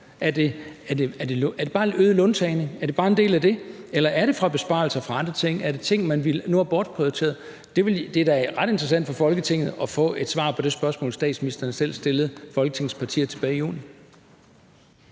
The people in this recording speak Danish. Er det bare øget låntagning? Er det bare en del af det, eller er det fra besparelser på andre ting? Er det ting, man nu er gået bort fra at prioritere? Det er da ret interessant for Folketinget at få et svar på det spørgsmål, statsministeren selv stillede Folketingets partier tilbage i juni.